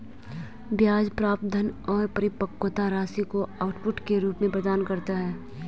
ब्याज प्राप्त धन और परिपक्वता राशि को आउटपुट के रूप में प्रदान करता है